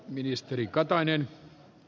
arvoisa puhemies